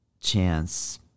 chance